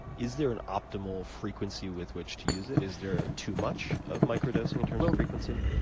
is there an optimal frequency with which to use it? is there too much of micro-dosing in terms of frequency?